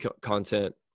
content